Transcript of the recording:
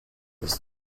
ist